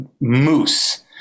moose